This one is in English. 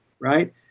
right